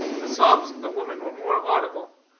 the sobs of the woman were more audible,